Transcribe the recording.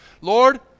Lord